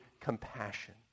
compassion